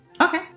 Okay